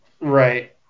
Right